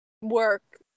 work